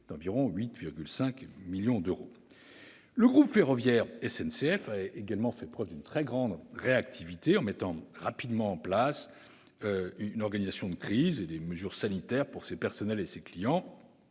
d'environ 8,5 millions d'euros. Le groupe ferroviaire SNCF a également fait preuve d'une très grande réactivité, en mettant rapidement en place une organisation de crise et des mesures sanitaires pour ses personnels et ses clients,